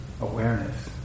awareness